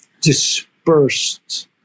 dispersed